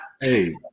hey